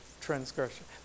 transgression